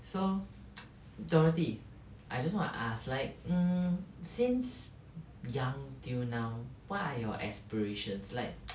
so dorothy I just wanna ask like um since young till now what are your aspirations like